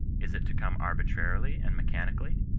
is it to come arbitrarily and mechanically?